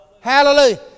Hallelujah